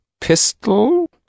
pistol